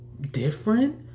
different